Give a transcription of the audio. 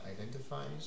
identifies